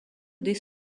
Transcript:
des